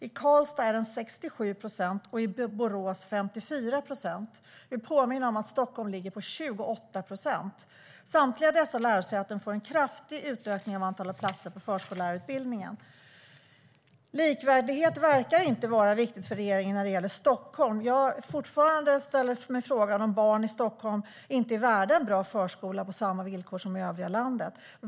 I Karlstad är den 67 procent och i Borås 54 procent. Jag vill påminna om att Stockholm ligger på 28 procent. Samtliga dessa lärosäten får en kraftig utökning av antalet platser på förskollärarutbildningen. Likvärdighet verkar inte vara viktigt för regeringen när det gäller Stockholm. Jag frågar mig fortfarande: Är inte barn i Stockholm värda en bra förskola på samma villkor som i övriga landet?